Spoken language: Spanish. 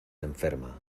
enferma